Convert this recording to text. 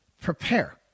prepare